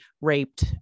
raped